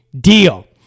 deal